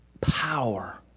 power